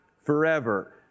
forever